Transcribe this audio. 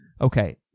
Okay